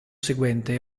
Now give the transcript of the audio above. seguente